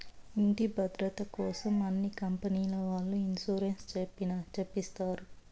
ఇంటి భద్రతకోసం అన్ని కంపెనీల వాళ్ళు ఇన్సూరెన్స్ చేపిస్తారు